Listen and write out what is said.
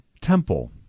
temple